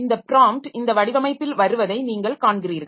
இந்த ப்ராம்ப்ட் இந்த வடிவமைப்பில் வருவதை நீங்கள் காண்கிறீர்கள்